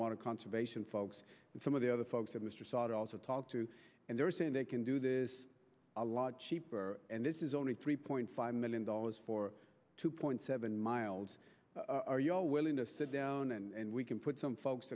want to conservation folks and some of the other folks that mr sot also talked to and they're saying they can do this a lot cheaper and this is only three point five million dollars for two point seven miles are you all willing to sit down and we can put some folks